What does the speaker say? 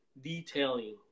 detailing